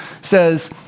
says